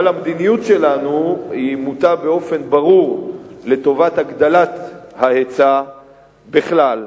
אבל המדיניות שלנו מוטה באופן ברור לטובת הגדלת ההיצע בכלל,